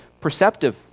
perceptive